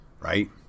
Right